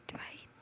right